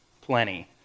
plenty